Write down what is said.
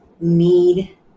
need